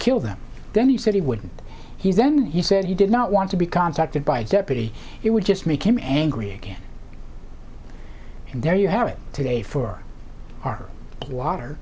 kill them then he said he wouldn't he then he said he did not want to be contacted by deputy it would just make him angry again and there you have it today for our water